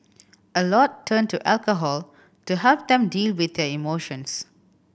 a lot turn to alcohol to help them deal with their emotions